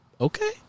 Okay